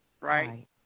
right